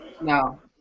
No